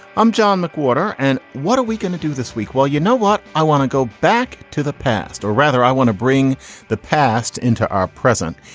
i'm john mcwhorter. and what are we going to do this week? well, you know what? i want to go back to the past or rather, i want to bring the past into our present.